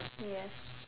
ya